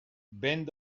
vent